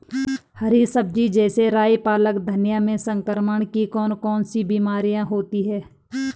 हरी सब्जी जैसे राई पालक धनिया में संक्रमण की कौन कौन सी बीमारियां होती हैं?